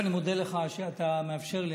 אני מודה לך על שאתה מאפשר לי.